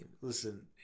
Listen